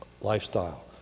lifestyle